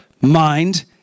mind